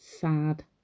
sad